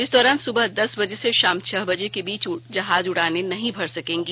इस दौरान सुबह दस बजे से शाम छह बजे के बीच जहाज उड़ाने नहीं भर सकेंगी